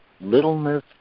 littleness